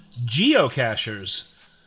geocachers